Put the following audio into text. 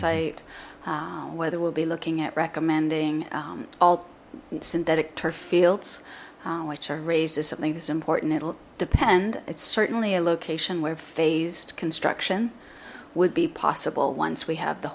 site whether we'll be looking at recommending all synthetic turf fields which are raised is something that's important it'll depend it's certainly a location where phased construction would be possible once we have the